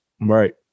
Right